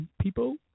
people